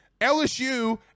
LSU